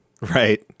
right